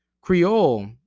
Creole